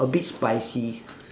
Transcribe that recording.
a bit spicy